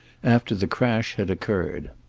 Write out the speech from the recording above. after the crash had occurred.